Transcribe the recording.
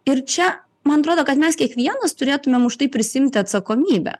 ir čia man atrodo kad mes kiekvienas turėtumėm už tai prisiimti atsakomybę